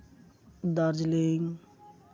Darjeeling